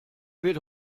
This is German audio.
wird